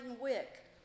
wick